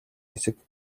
хэсэг